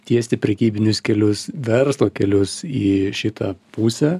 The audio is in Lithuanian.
tiesti prekybinius kelius verslo kelius į šitą pusę